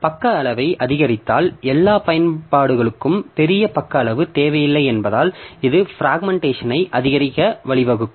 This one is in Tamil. பக்க அளவை அதிகரித்தால் எல்லா பயன்பாடுகளுக்கும் பெரிய பக்க அளவு தேவையில்லை என்பதால் இது பிராக்மென்ட்டேஷன் ஐ அதிகரிக்க வழிவகுக்கும்